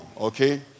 Okay